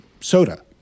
soda